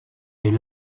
est